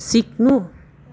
सिक्नु